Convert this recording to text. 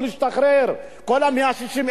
אותם החסמים יוכלו להשתחרר,